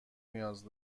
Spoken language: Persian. نیاز